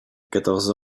quatorze